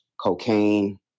cocaine